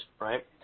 Right